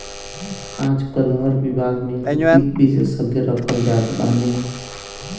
आजकाल हर विभाग में एगो वित्त विशेषज्ञ रखल जात बाने